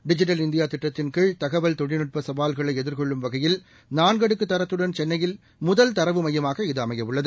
digital India திட்டத்தின்கீழ் தகவல் தொழில்நுட்ப சவால்களை எதிர்கொள்ளும் வகையில் நான்கு அடுக்கு தரத்துடன் சென்னையில் முதல் தரவு மையமாக இது அமைய உள்ளது